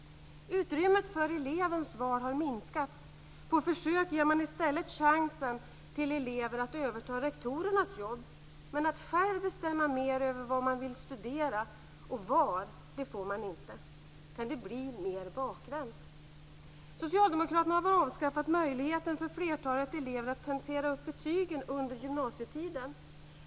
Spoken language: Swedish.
Utrymmet för elevens val har minskats. På försök ger man i stället chansen till elever att överta rektorernas jobb. Men att själv bestämma mer över vad man vill studera och var får man inte. Kan det bli mer bakvänt? Socialdemokraterna har avskaffat möjligheten för flertalet elever att tentera upp betygen under gymnasietiden.